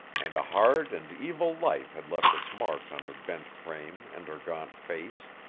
and a hard and evil life had left its marks on her bent frame and her gaunt face.